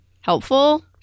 helpful